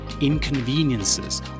inconveniences